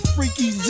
Freaky